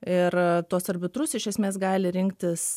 ir tuos arbitrus iš esmės gali rinktis